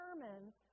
determines